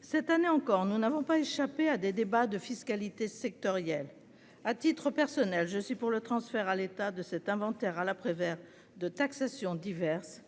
Cette année encore, nous n'avons pas échappé à des débats de fiscalité sectorielle. À titre personnel, je suis favorable au transfert à l'État de cet inventaire à la Prévert de taxations diverses